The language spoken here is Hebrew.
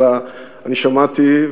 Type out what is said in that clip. אלא שמעתי,